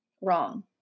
wrong